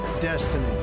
destiny